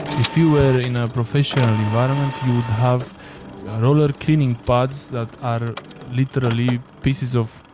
if you where in a professional environment, you would have roller cleaning pads that are literally pieces of